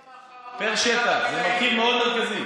מי אמר לך, פר שטח, זה מרכיב מאוד מרכזי.